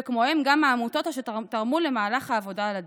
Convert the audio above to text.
וכמוהם גם העמותות שתרמו למהלך העבודה על הדוח.